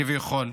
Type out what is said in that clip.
כביכול.